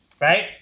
right